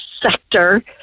sector